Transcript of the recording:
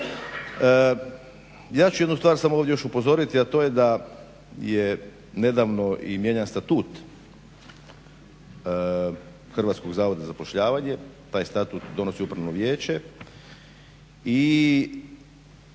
Ja ću jednu stvar samo još upozoriti, a to je da je nedavno i mijenjan statut Hrvatskog zavoda za zapošljavanje. Taj statut donosi upravno vijeće i